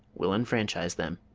will enfranchise them.